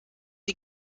die